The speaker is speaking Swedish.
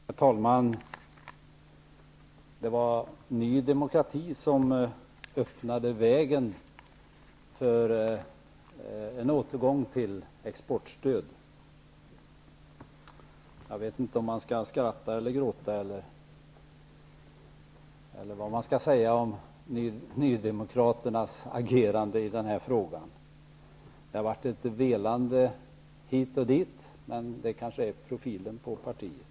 Herr talman! Det var Ny demokrati som öppnade vägen för en återgång till exportstöd. Jag vet inte om man skall skratta eller gråta, eller vad man skall säga om nydemokraternas agerande i den här frågan. Att det har velats litet hit och dit symboliserar kanske profilen på partiet.